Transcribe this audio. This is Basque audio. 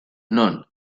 non